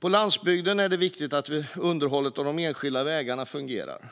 På landsbygden är det viktigt att underhållet av de enskilda vägarna fungerar.